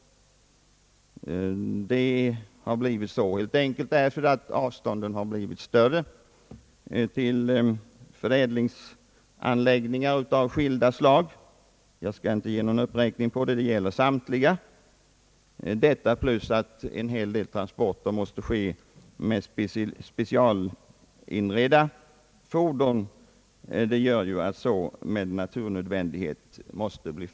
Förhållandena har blivit så helt enkelt, eftersom avstånden till förädlingsanläggningar av skilda slag blivit större. Jag skall inte här göra någon uppräkning av dem, det gäller samtliga. Den omständigheten och det förhållandet att vissa transporter måste ske med specialinredda fordon gör att jordbrukarna också av den anledningen får släppa ifrån sig ytterligare transporter.